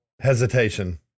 hesitation